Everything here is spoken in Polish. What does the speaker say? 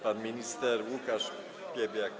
Pan minister Łukasz Piebiak.